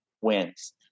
wins